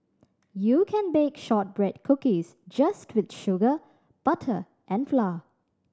you can bake shortbread cookies just with sugar butter and flour